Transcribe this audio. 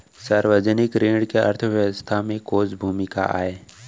सार्वजनिक ऋण के अर्थव्यवस्था में कोस भूमिका आय?